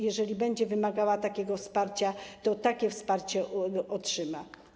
Jeżeli będzie ona wymagała takiego wsparcia, to takie wsparcie otrzyma.